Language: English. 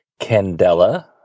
Candela